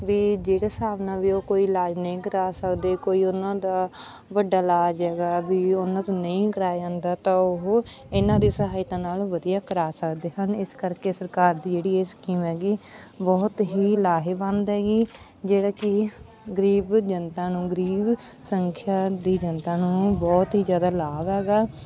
ਵੀ ਜਿਹੜੇ ਹਿਸਾਬ ਨਾਲ ਵੀ ਉਹ ਕੋਈ ਇਲਾਜ ਨਹੀਂ ਕਰਵਾ ਸਕਦੇ ਕੋਈ ਉਹਨਾਂ ਦਾ ਵੱਡਾ ਇਲਾਜ ਹੈਗਾ ਵੀ ਉਹਨਾਂ ਤੋਂ ਨਹੀਂ ਕਰਵਾਇਆ ਜਾਂਦਾ ਤਾਂ ਉਹ ਇਹਨਾਂ ਦੀ ਸਹਾਇਤਾ ਨਾਲ ਵਧੀਆ ਕਰਵਾ ਸਕਦੇ ਹਨ ਇਸ ਕਰਕੇ ਸਰਕਾਰ ਦੀ ਜਿਹੜੀ ਇਹ ਸਕੀਮ ਹੈਗੀ ਬਹੁਤ ਹੀ ਲਾਹੇਵੰਦ ਹੈਗੀ ਜਿਹੜਾ ਕਿ ਗਰੀਬ ਜਨਤਾ ਨੂੰ ਗਰੀਬ ਸੰਖਿਆ ਦੀ ਜਨਤਾ ਨੂੰ ਬਹੁਤ ਹੀ ਜ਼ਿਆਦਾ ਲਾਭ ਹੈਗਾ